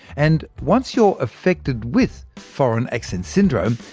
and once you're affected with foreign accent syndrome,